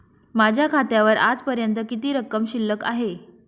माझ्या खात्यावर आजपर्यंत किती रक्कम शिल्लक आहे?